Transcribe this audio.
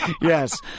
Yes